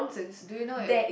do you know if